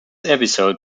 episode